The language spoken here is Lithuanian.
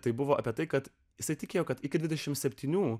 tai buvo apie tai kad jis įtikėjo kad iki dvidešimt septynių